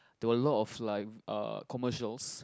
there were a lot of like uh commercials